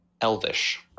Elvish